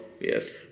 Yes